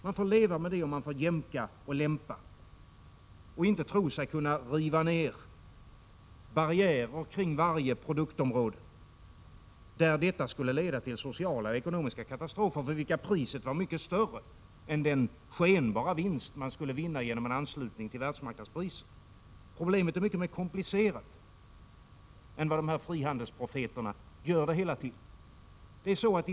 Man får som sagt leva med det, och man får jämka och lämpa och inte tro sig kunna riva ned barriärer kring varje produktområde, eftersom detta skulle leda till sociala och ekonomiska katastrofer, för vilka priset vore mycket högre än den skenbara vinst man skulle göra genom en anslutning till världsmarknadspriser. Problemet är mycket mer komplicerat än vad de här frihandelsprofeterna vill göra det till.